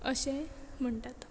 अशें म्हणटात